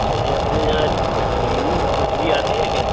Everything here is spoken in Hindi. अच्छा जी अपने यहाँ लीहू मछ्ली आती है क्या